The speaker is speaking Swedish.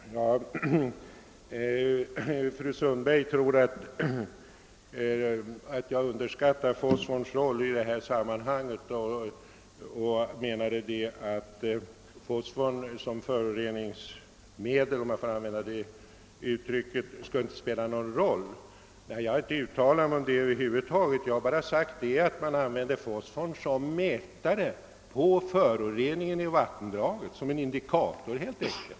Herr talman! Fru Sundberg tror, att jag underskattar fosforns roll och att jag menar att fosfor som föroreningsfaktor inte skulle ha någon betydelse. Jag har över huvud taget inte uttalat mig om det; jag har bara sagt att man använder fosfor som mätare på föroreningen i vattendrag, som en indikator helt enkelt.